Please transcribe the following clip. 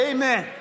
Amen